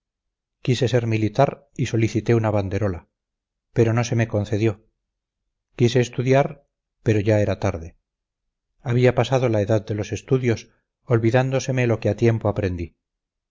quise ser militar y solicité una banderola pero no se me concedió quise estudiar pero ya era tarde había pasado la edad de los estudios olvidándoseme lo que a tiempo aprendí